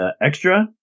extra